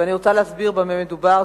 ואני רוצה להסביר במה מדובר.